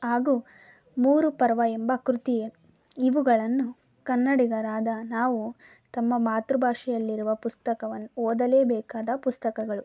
ಹಾಗು ಮೂರು ಪರ್ವ ಎಂಬ ಕೃತಿ ಇವುಗಳನ್ನು ಕನ್ನಡಿಗರಾದ ನಾವು ತಮ್ಮ ಮಾತೃಭಾಷೆಯಲ್ಲಿರುವ ಪುಸ್ತಕವನ್ನು ಓದಲೇಬೇಕಾದ ಪುಸ್ತಕಗಳು